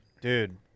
Dude